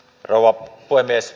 rouva puhemies